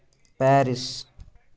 Paris